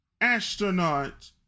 astronaut